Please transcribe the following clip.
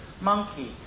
monkey